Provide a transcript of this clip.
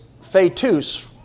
fetus